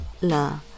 la